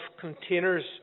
containers